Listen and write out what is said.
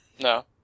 No